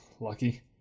lucky